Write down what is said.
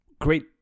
great